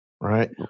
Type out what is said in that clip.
Right